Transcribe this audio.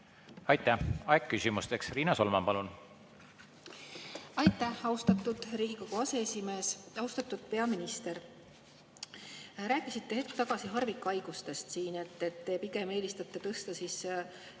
Aitäh! Aeg küsimusteks. Riina Solman, palun! Aitäh, austatud Riigikogu aseesimees! Austatud peaminister! Rääkisite hetk tagasi harvikhaigustest, et te pigem eelistate tõsta selle